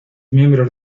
miembros